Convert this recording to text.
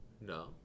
No